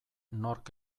nork